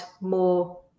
more